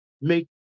make